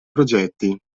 progetti